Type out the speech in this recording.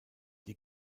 die